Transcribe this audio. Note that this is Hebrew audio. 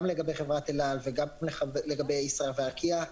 גם לגבי חברת אל-על וגם לגבי חברות ישראייר וארקיע,